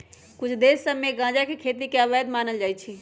कुछ देश सभ में गजा के खेती के अवैध मानल जाइ छै